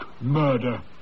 Murder